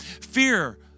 fear